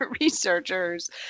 researchers